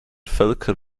völker